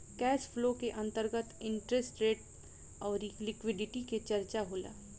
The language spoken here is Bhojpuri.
कैश फ्लो के अंतर्गत इंट्रेस्ट रेट अउरी लिक्विडिटी के चरचा होला